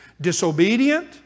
disobedient